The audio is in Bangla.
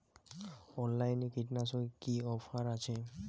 অনলাইনে কীটনাশকে কি অফার আছে?